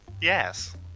Yes